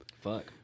Fuck